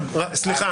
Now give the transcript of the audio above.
סליחה.